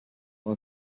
سال